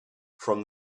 from